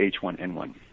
H1N1